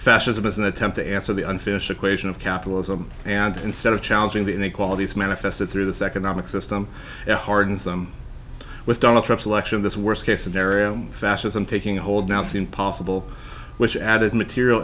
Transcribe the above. fascism is an attempt to answer the unfinished equation of capitalism and instead of challenging the inequalities manifested through this economic system hardens them with donald trump selection this worst case scenario fascism taking hold now it's impossible which added material